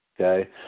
okay